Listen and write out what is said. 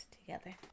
together